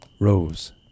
Rose